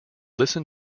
listen